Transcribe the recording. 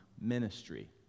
Ministry